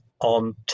on